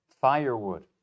firewood